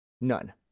none